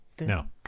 No